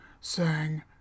sang